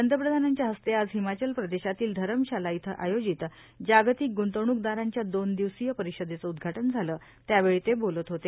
पंतप्रधानांच्या हस्ते आज हिमाचल प्रदेशातील धरमशाला झ्यं आयोजित जागतिक ग्रंतवणूकदारांच्या दोव दिवसीय परिषदेचं उद्घाटव झालं त्यावेळी ते बोलत होते